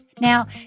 Now